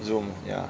zoom ya